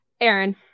Aaron